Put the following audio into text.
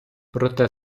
проте